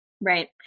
right